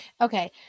Okay